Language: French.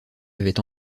avait